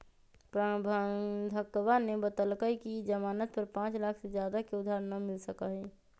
प्रबंधकवा ने बतल कई कि ई ज़ामानत पर पाँच लाख से ज्यादा के उधार ना मिल सका हई